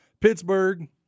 Pittsburgh